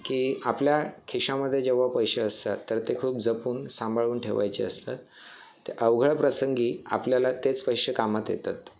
की आपल्या खिशामध्ये जेव्हा पैसे असतात तर ते खूप जपून सांभाळून ठेवायचे असतात अवघड प्रसंगी आपल्याला तेच पैसे कामात येतात